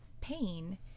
pain